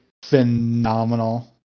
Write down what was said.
Phenomenal